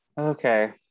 Okay